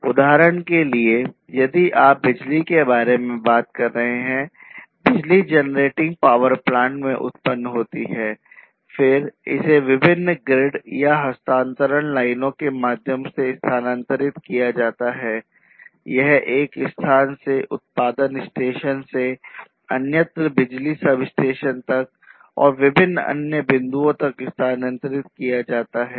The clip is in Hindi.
उदाहरण के लिए यदि आप बिजली के बारे में बात कर रहे हैं बिजली जनरेटिंग पावर प्लांट तथा हस्तांतरण लाइनों के माध्यम से स्थानांतरित किया जाता है यह एक स्थान से उत्पादन स्टेशन से अन्यत्र बिजली सब स्टेशन तक और विभिन्न अन्य बिंदुओं तक स्थानांतरित किया जाता है